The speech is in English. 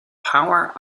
power